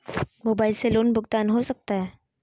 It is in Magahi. मोबाइल से लोन भुगतान हो सकता है?